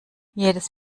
jedes